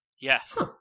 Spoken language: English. Yes